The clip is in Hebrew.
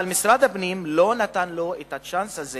אבל משרד הפנים לא נתן לו את הצ'אנס הזה